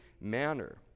manner